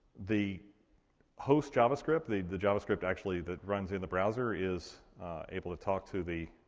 the host javascript, the the javascript, actually, that runs in the browser, is able to talk to the